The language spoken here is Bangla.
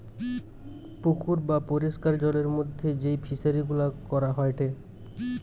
পুকুর বা পরিষ্কার জলের মধ্যে যেই ফিশারি গুলা করা হয়টে